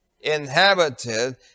Inhabited